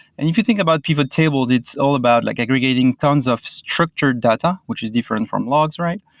and if you think about pivot tables, it's all about like aggregating tons of structured data, which is different from logs, right?